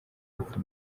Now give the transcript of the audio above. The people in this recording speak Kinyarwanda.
urupfu